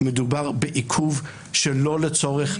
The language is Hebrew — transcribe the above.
מדובר בעיכוב שלא לצורך.